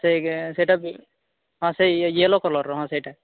ସେଇ ସେଇଟା ହଁ ସେଇ ୟେଲୋ କଲର୍ର ହଁ ସେଇଟା